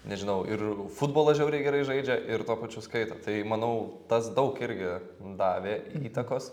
nežinau ir futbolą žiauriai gerai žaidžia ir tuo pačiu skaito tai manau tas daug irgi davė įtakos